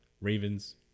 Ravens